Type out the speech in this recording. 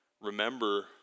remember